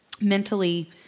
mentally